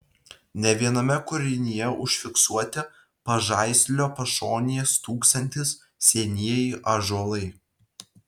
ne viename kūrinyje užfiksuoti pažaislio pašonėje stūksantys senieji ąžuolai